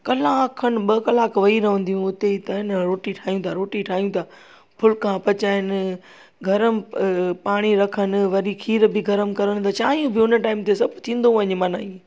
कलाकु खनि ॿ कलाक वेही रहंदियूं हुयूं उते ई त आ न रोटी ठाहियूं ता रोटी ठाहियूं था फुल्का पचाइन गर्म पाणी रखनि वरी खीरु बि गर्म करनि चायूं बि उन टाईम ते सभु थींदो वञे मना इय